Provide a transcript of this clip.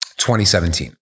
2017